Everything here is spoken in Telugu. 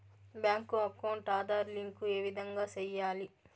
బ్యాంకు అకౌంట్ ఆధార్ లింకు ఏ విధంగా సెయ్యాలి?